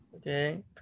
Okay